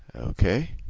ok,